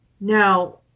Now